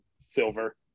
silver